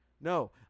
No